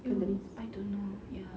you know I don't know ya